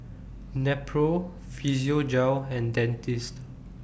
Nepro Physiogel and Dentiste